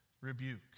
rebuke